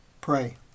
pray